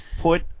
put